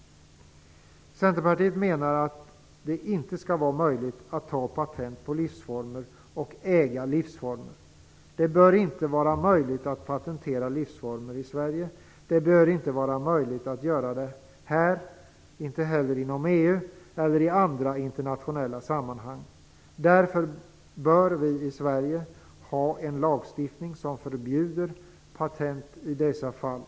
Centerpartiet menar att det inte skall vara möjligt att ta patent på livsformer och att äga livsformer. Det bör inte vara möjligt att patentera livsformer i Sverige, inom EU eller i andra internationella sammanhang. Därför bör vi i Sverige ha en lagstiftning som förbjuder patentering i dessa fall.